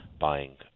buying